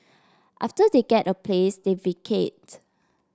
after they get a place they vacate